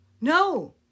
No